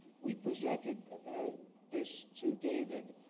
we presented this to david